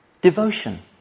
Devotion